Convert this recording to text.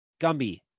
Gumby